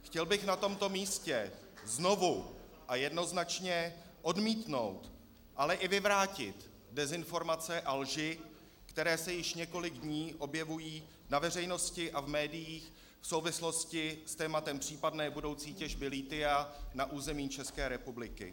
Chtěl bych na tomto místě znovu a jednoznačně odmítnout, ale i vyvrátit dezinformace a lži, které se již několik dní objevují na veřejnosti a v médiích v souvislosti s tématem případné budoucí těžby lithia na území České republiky.